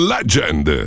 Legend